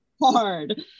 hard